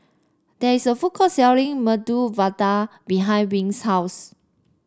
there is a food court selling Medu Vada behind Wing's house